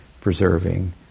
preserving